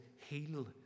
heal